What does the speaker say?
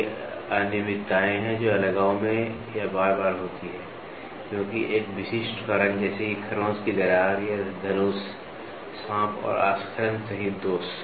वे अनियमितताएं हैं जो अलगाव में या बार बार होती हैं क्योंकि एक विशिष्ट कारण जैसे कि खरोंच की दरार या धनुष सांप और आस्खलन सहित दोष